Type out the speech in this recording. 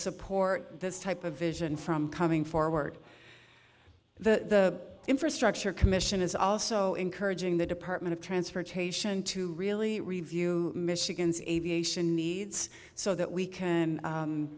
support this type of vision from coming forward the infrastructure commission is also encouraging the department of transportation to really review michigan's aviation needs so that we can